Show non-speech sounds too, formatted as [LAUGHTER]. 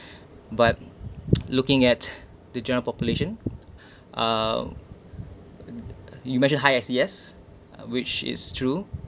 but [NOISE] looking at the general population [BREATH] uh [NOISE] you mentioned high S_E_S which is true